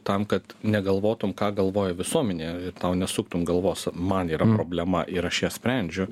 tam kad negalvotum ką galvoja visuomenė tau nesuktum galvos man yra problema ir aš ją sprendžiu